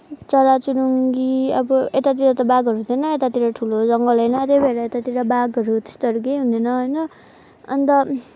चराचुरुङ्गी अब यतातिर त बाघहरू छैन यतातिर ठुलो जङ्गल होइन त्यही भएर यतातिर बाघहरू त्यस्तोहरू केही हुँदैन होइन अन्त